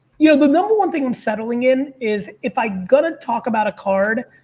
you know, the number one thing i'm settling in is if i got to talk about a card,